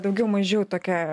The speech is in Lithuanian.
daugiau mažiau tokią